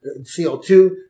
co2